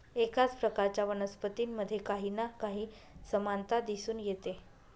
एकाच प्रकारच्या वनस्पतींमध्ये काही ना काही समानता दिसून येते